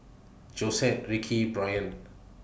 Josette Rickie Brian